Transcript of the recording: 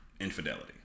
infidelity